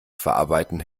verarbeiten